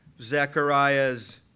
Zechariah's